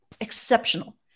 exceptional